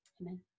Amen